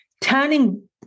Turning